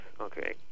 okay